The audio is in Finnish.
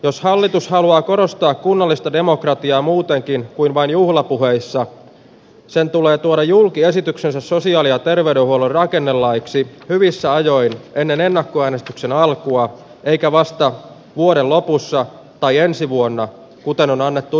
jos hallitus haluaa korostaa kunnallista demokratiaa muutakin kuin vain juhlapuheissa sen tulee tuoda julki esityksensä sosiaali ja terveydenhuollon rakennelaiksi hyvissä ajoin ennen ennakkoäänestyksen alkua eikä vasta vuoden lopussa tai ensi vuonna kuten on annettu